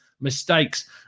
mistakes